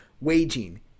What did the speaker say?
waging